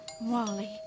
Wally